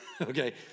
okay